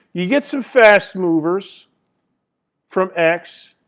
you get some fast movers from x,